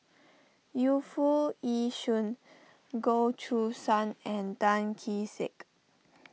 Yu Foo Yee Shoon Goh Choo San and Tan Kee Sek